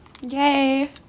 Yay